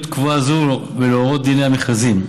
קבועה זו ולהוראות דיני המכרזים.